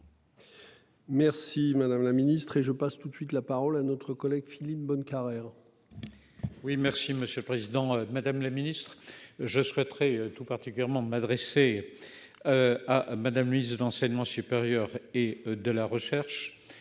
Merci madame la ministre et je passe tout de suite la parole à notre collègue Philippe Bonnecarrère. Oui, merci Monsieur le Président Madame la Ministre je souhaiterais tout particulièrement de m'adresser. À Madame, le ministre de l'enseignement supérieur et de la recherche